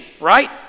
right